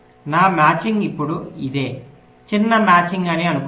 నా మ్యాచింగ్ ఇప్పుడు ఇదే చిన్న మ్యాచింగ్ అని అనుకుందాం